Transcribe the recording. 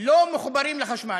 לא מחוברים לחשמל.